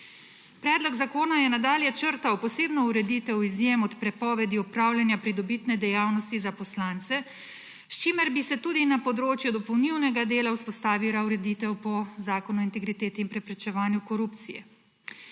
Predloga zakona je nadalje črtal posebno ureditev izjem od prepovedi opravljanja pridobitne dejavnosti za poslance, s čimer bi se tudi na področju dopolnilnega dela vzpostavila ureditev po Zakonu o integriteti in preprečevanju korupcije.